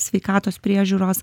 sveikatos priežiūros